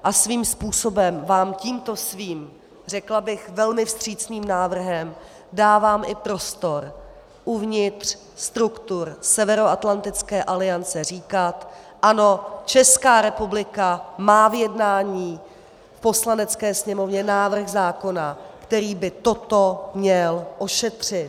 A svým způsobem vám tímto svým, řekla bych, velmi vstřícným návrhem dávám i prostor uvnitř struktur Severoatlantické aliance říkat ano, Česká republika má v jednání v Poslanecké sněmovně návrh zákona, který by toto měl ošetřit.